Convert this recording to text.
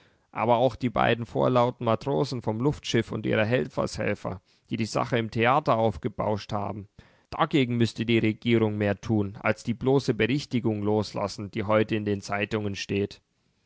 aber auch die beiden vorlauten matrosen vom luftschiff und ihre helfershelfer die die sache im theater aufgebauscht haben dagegen müßte die regierung mehr tun als die bloße berichtigung loslassen die heute in den zeitungen steht